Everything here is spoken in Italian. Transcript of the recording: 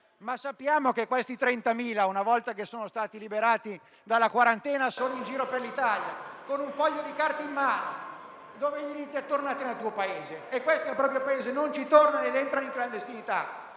Ma sappiamo che i 30.000, una volta che sono stati liberati dalla quarantena, sono in giro per l'Italia con un foglio di carta in mano, dove si dice loro di tornare nel proprio Paese e quelli nel proprio Paese non ci tornano ed entrano in clandestinità.